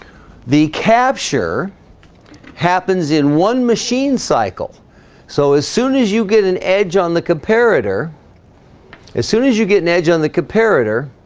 the capture happens in one machine cycle so as soon as you get an edge on the comparator as soon as you get an edge on the comparator